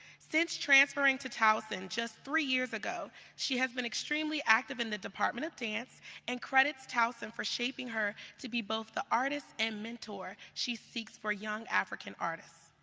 since transferring to towson just three years ago, she has been extremely active in the department of dance and credits towson for shaping her to be both the artist and mentor she seeks for young african artists.